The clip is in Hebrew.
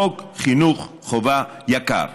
חוק חינוך חובה יקר.